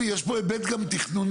יש כאן היבט תכנוני.